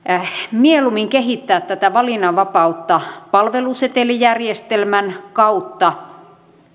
mieluummin kehittää tätä valinnanvapautta palvelusetelijärjestelmän kautta